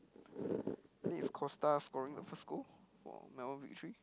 think Kosta scoring the first goal for Melbourne-Victory